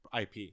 IP